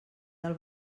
del